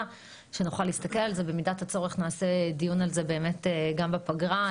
שנוכל להסתכל על זה ובמידת הצורך נעשה דיון על זה באמת גם בפגרה,